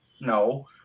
No